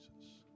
Jesus